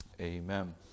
Amen